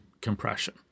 compression